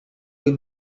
you